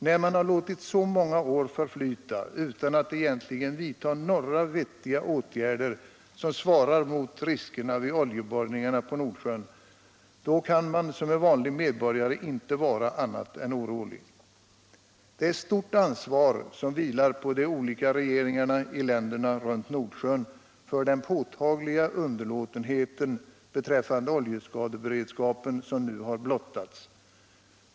När man låtit så många år förflyta utan att egentligen vidta några vettiga åtgärder som svarar mot riskerna vid oljeborrningarna på Nordsjön — då kan man som vanlig medborgare inte vara annat än orolig. Det är ett stort ansvar som vilar på de olika regeringarna i länderna runt Nordsjön för den påtagliga underlåtenhet beträffande oljeskadeberedskapen som nu blottats.